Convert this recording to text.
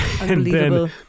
Unbelievable